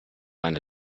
eine